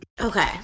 Okay